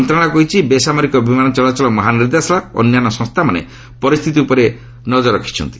ମନ୍ତ୍ରଣାଳୟ କହିଛି ବେସାମରିକ ବିମାନ ଚଳାଚଳ ମହା ନିର୍ଦ୍ଦେଶାଳୟ ଓ ଅନ୍ୟ ସଂସ୍ଥାମାନେ ପରିସ୍ଥିତି ଉପରେ ତୀକ୍ଷ୍ନ ନଜର ରଖିଛନ୍ତି